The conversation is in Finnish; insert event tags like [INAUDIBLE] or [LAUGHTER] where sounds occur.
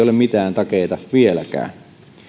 [UNINTELLIGIBLE] ole mitään takeita vieläkään